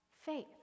faith